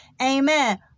Amen